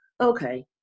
okay